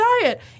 diet